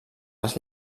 les